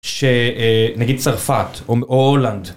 שנגיד צרפת, או, או הולנד.